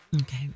Okay